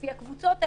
לפי הקבוצות האלה,